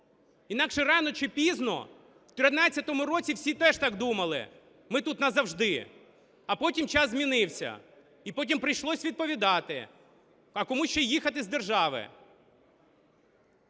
Інакше рано чи пізно… В 13-му році всі теж так думали – ми тут назавжди, а потім час змінився, і потім прийшлось відповідати, а комусь ще і їхати з держави.